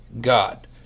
god